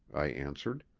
i answered.